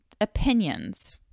opinions